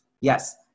Yes